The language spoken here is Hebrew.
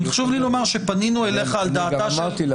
חשוב לי לומר שפנינו אליך על דעתה של